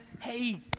hey